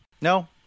No